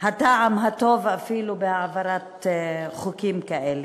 הטעם הטוב אפילו בהעברת חוקים כאלה.